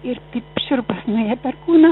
ir šiurpas nuėjo per kūną